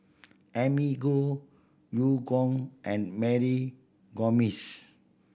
Amy Khor Eu Kong and Mary Gomes